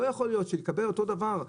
לא יכול להיות שיקבלו אותו דבר.